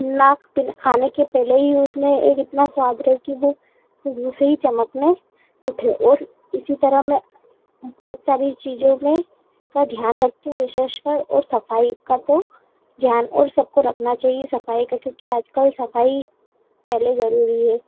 लाख पिल खाने के पहले ही उसमें एक इतना स्वाद रहे कि वो खुशबू से ही चमकने उठे और इसी तरह मैं बहुत सारी चीज़ें भी का ध्यान रखती हूँ विशेषकर और सफाई का तो ध्यान और सबको रखना चाहिए सफाई का क्योंकि आजकल सफाई पहले जरूरी है